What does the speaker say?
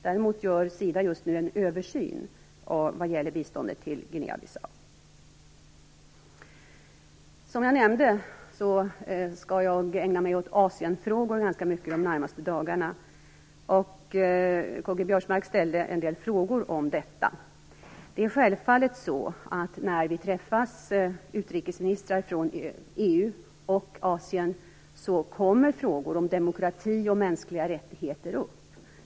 Däremot gör Sida just nu en översyn av biståndet till Guinea Som jag nämnde skall jag ägna mig åt Asienfrågorna de närmaste dagarna. K-G Biörsmark ställde en del frågor om detta. När utrikesministrar från EU och Asien träffas kommer självfallet frågor om demokrati och mänskliga rättigheter upp.